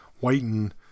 whiten